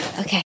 Okay